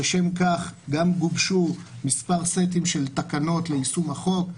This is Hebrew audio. לשם כך גם גובשו מספר סטים של תקנות ליישום החוק.